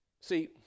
See